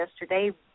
yesterday